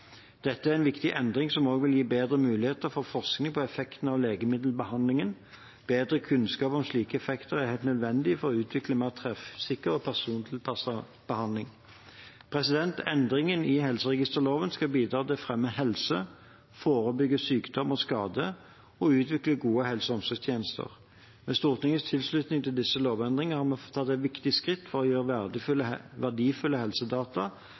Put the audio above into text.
Dette er en viktig endring som vil gi bedre muligheter for forskning på effekten av legemiddelbehandlingen. Bedre kunnskap om slike effekter er helt nødvendig for å utvikle mer treffsikre og persontilpasset behandling. Endringen i helseregisterloven skal bidra til å fremme helse, forebygge sykdom og skade og utvikle gode helse- og omsorgstjenester. Med Stortingets tilslutning til disse lovendringene har vi tatt et viktig skritt for å gjøre verdifulle helsedata